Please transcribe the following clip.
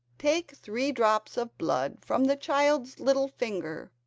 take three drops of blood from the child's little finger,